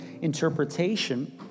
interpretation